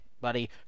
buddy